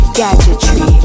gadgetry